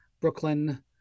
Brooklyn